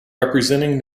representing